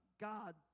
God